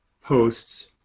posts